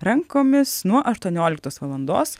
rankomis nuo aštuonioliktos valandos